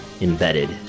embedded